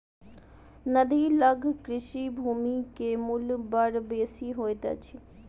नदी लग कृषि भूमि के मूल्य बड़ बेसी होइत अछि